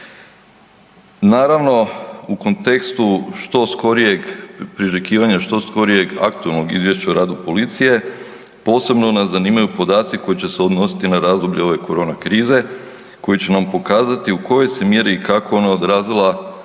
Naravno, u kontekstu što skorijeg priželjkivanja, što skorijeg aktualnog izvješća o radu policije, posebno nas zanimaju podaci koji će se odnositi na razdoblje ove korona krize koji će nam pokazati u kojoj se mjeri i kako ona odrazila